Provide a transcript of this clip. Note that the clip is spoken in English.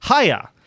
Hiya